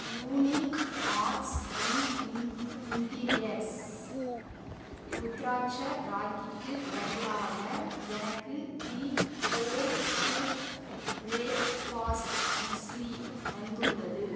unique arts and interiors ருத்ராட்ச ராக்கிக்கு பதிலாக எனக்கு the whole truth breakfast muesli வந்துள்ளது